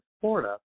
Florida